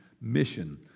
mission